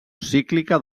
cíclica